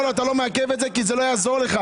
הקבלן אמר לו: אתה לא מעכב את זה כי זה לא יעזור לך.